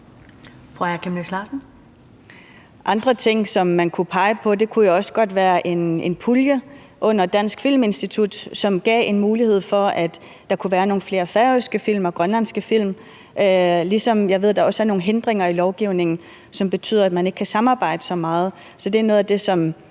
Andre ting, som man kunne pege på, kunne også godt være en pulje under Dansk Filminstitut, som gav en mulighed for, at der kunne være nogle flere færøske film og grønlandske film. Jeg ved også, at der er nogle hindringer i lovgivningen, som betyder, at man ikke kan samarbejde så meget,